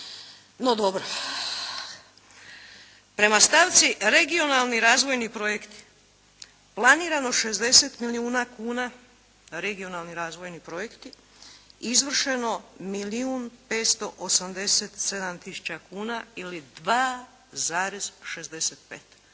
No dobro. Prema stavci regionalni razvojni projekti, planirano 60 milijuna kuna regionalni razvojni projekti, izvršeno milijun 587 tisuća kuna ili 2,65.